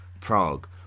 Prague